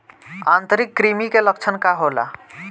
आंतरिक कृमि के लक्षण का होला?